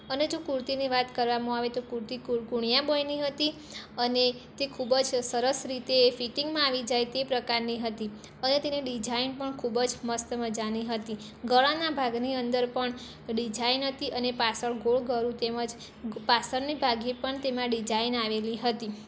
અને જો કુર્તીની વાત કરવામાં આવે તો કુર્તી કૂણિયા બાંયની હતી અને તે ખૂબ જ સરસ રીતે એ ફિટીંગમાં આવી જાય તે પ્રકારની હતી અને તેની ડિજાઇન પણ ખૂબ જ મસ્ત મજાની હતી ગળાના ભાગની અંદર પણ ડિજાઈન હતી અને પાછળ ગોળ ગળું તેમજ પાછળની ભાગે પણ તેમાં ડિજાઈન આવેલી હતી